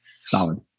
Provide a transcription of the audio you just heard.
Solid